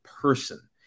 person